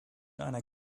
einer